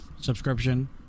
subscription